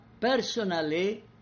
personally